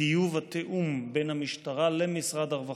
טיוב התיאום בין המשטרה למשרד הרווחה.